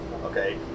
okay